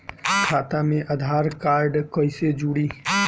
खाता मे आधार कार्ड कईसे जुड़ि?